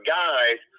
guys